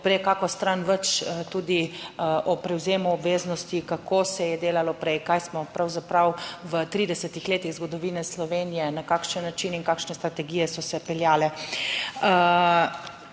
kako stran več tudi o prevzemu obveznosti, kako se je delalo prej, kaj smo pravzaprav v 30 letih zgodovine Slovenije, na kakšen način in kakšne strategije so se peljale.